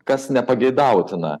kas nepageidautina